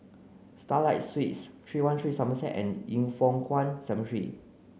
Starlight Suites three one three Somerset and Yin Foh Kuan Cemetery